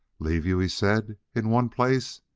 leave you, he said, in one place?